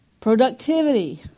Productivity